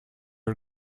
are